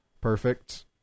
perfect